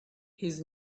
his